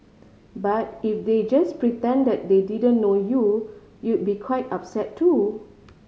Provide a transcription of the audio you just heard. but if they just pretended they didn't know you you be quite upset too